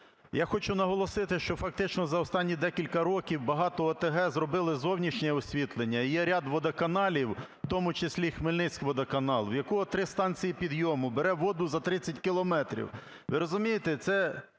Я хочу наголосити, що фактично за останні декілька років багато ОТГ зробили зовнішнє освітлення. І є ряд водоканалів, в тому числі "Хмельницькводоканал", в якого три станції підйому, бере воду за 30 кілометрів. Ви розумієте, це